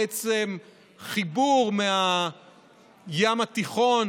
בעצם חיבור מהים התיכון